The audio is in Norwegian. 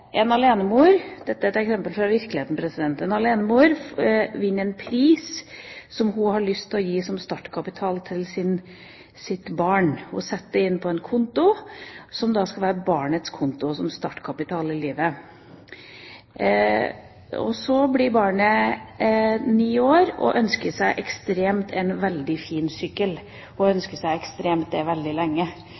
fra virkeligheten: En alenemor vinner en pris som hun har lyst til å gi som startkapital til sitt barn. Hun setter det inn på en konto, som skal være barnets konto, som startkapital i livet. Så blir barnet ni år og ønsker seg ekstremt en veldig fin sykkel – hun ønsker seg ekstremt det veldig lenge.